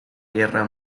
guerra